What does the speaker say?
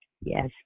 Yes